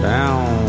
Down